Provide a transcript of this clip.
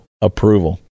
approval